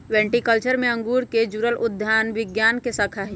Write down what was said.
viticulture में अंगूर से जुड़ल उद्यान विज्ञान के शाखा हई